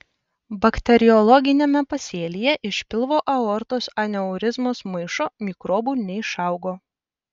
bakteriologiniame pasėlyje iš pilvo aortos aneurizmos maišo mikrobų neišaugo